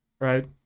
right